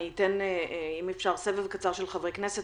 נעשה סבב קצר של חברי כנסת.